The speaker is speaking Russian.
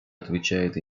отвечает